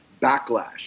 backlash